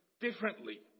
differently